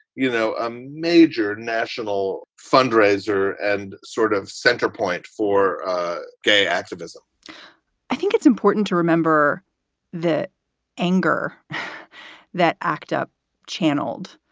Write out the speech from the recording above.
you know, know, a major national fundraiser and sort of central point for gay activism i think it's important to remember that anger that acttab channeled.